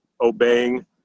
obeying